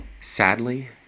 Sadly